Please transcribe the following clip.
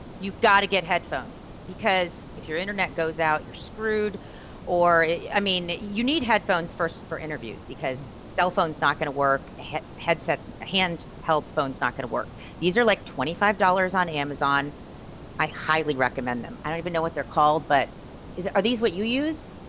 you've got to get headphones because if your internet goes out you're screwed or i mean you need headphones first for interviews because cell phones not going to work headsets hand held phones not going to work these are like twenty five dollars on amazon i highly recommend them i don't even know what they're called but is are these what you use